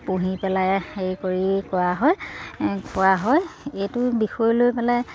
পুহি পেলাই হেৰি কৰি কৰা হয় কোৱা হয় এইটো বিষয় লৈ পেলাই